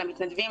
למתנדבים,